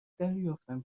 دریافتم